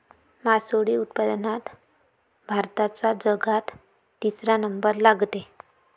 मासोळी उत्पादनात भारताचा जगात तिसरा नंबर लागते